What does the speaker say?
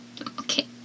okay